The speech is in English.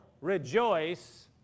rejoice